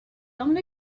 only